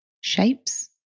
shapes